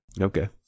Okay